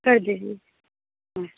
कर दीजिए हाँ